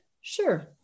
Sure